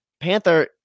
Panther